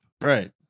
Right